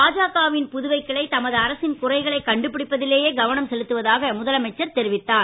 பாஜகவின் புதுவை கிளை தமது அரசின் குறைகளை கண்டுபிடிப்பதிலேயே கவனம் செலுத்துவதாக முதலமைச்சர் தெரிவித்தார்